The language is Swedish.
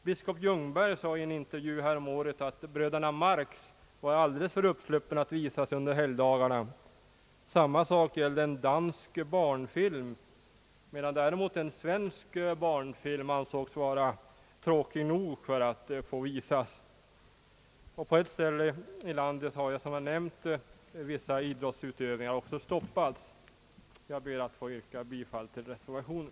Biskop Ljungberg sade i en intervju häromåret att bröderna Marx var alldeles för uppsluppna för att visas under helgdagarna. Samma sak gällde en dansk barnfilm, medan däremot en svensk barnfilm ansågs vara tråkig nog för att få visas. På ett ställe i landet har det även hänt som jag nämnt att vissa idrottsutövningar stoppats. Jag ber att få yrka bifall till reservationen.